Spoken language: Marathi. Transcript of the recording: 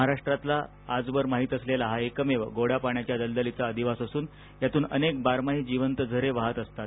महाराष्ट्रातला आजवर माहीत असलेला हा एकमेव गोड्या पाण्याच्या दलदलीचा अधिवास असून यातून अनेक बारमाही जिवंत झरे वाहत असतात